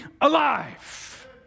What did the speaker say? alive